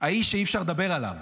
האיש שאי-אפשר לדבר עליו,